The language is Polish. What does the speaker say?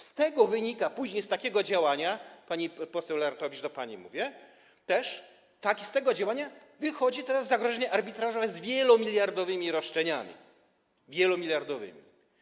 Z tego wynika później, z takiego działania, pani poseł Lenartowicz, mówię też do pani, z tego działania wychodzi teraz zagrożenie arbitrażowe z wielomiliardowymi roszczeniami, wielomiliardowymi.